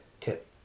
tip